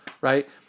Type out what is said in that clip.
right